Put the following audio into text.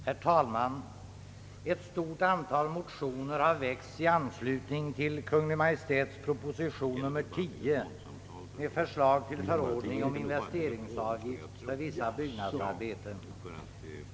Herr talman! Ett stort antal motioner har väckts i anslutning till Kungl. Maj:ts proposition nr 10 med förslag till förordning om investeringsavgift för vissa byggnadsarbeten.